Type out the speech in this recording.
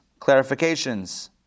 clarifications